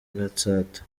gatsata